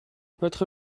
votre